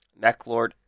Mechlord